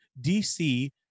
DC